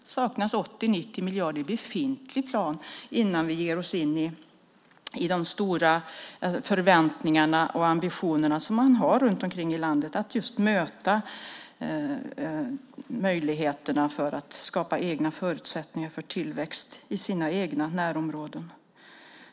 Det saknas 80-90 miljarder kronor i befintlig plan innan vi ger oss in på de stora förväntningar och ambitioner som man har runt om i landet när det gäller möjligheterna att skapa egna förutsättningar för tillväxt i sina egna närområden.